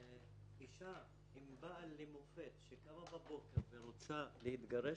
אם אישה קמה בבוקר והיא רוצה להתגרש,